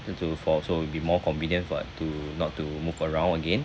to for so will be more convenient but to not to move around again